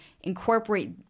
incorporate